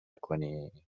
کنی